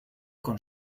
con